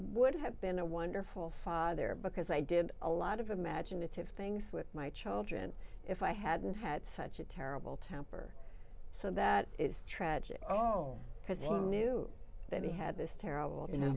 would have been a wonderful father because i did a lot of imaginative things with my children if i hadn't had such a terrible temper so that it's tragic oh because he knew that he had this terrible you know